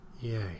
Yay